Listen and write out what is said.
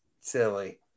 silly